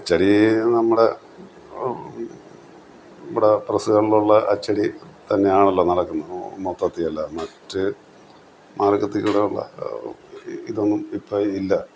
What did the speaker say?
ചെറിയ നമ്മുടെ നമ്മുടെ പ്രെസ്സുകളിലുള്ള അച്ചടി തന്നെയാണല്ലോ നടക്കുന്നത് മൊത്തത്തിൽ അല്ല മറ്റ് മാർഗത്തിൽ കൂടെയുള്ള ഇതൊന്നും ഇപ്പം ഇല്ല